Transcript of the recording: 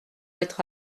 être